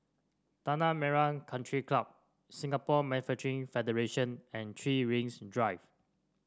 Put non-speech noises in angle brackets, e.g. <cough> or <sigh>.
Tanah Merah Country Club Singapore <unintelligible> Federation and Three Rings Drive